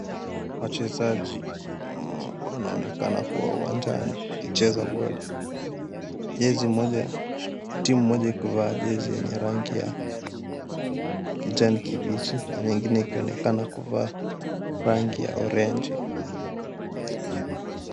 Wachezaji wanaonekana kuwa uwanjani wakicheza boli, jezi moja, timu moja ikivaa jezi yenye rangi ya kijani kibichi na nyingine ikionekana kuvaa rangi ya orenji .